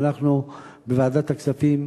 ואנחנו בוועדת הכספים,